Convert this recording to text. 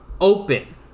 open